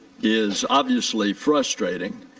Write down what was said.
is obviously frustrating,